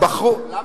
למה?